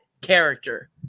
character